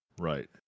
Right